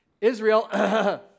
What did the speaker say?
Israel